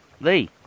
Lee